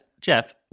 jeff